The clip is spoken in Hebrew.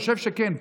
אני חושב שכן.